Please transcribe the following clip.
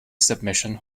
submission